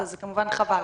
אז כמובן שזה חבל.